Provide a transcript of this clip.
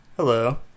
Hello